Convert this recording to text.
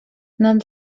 nad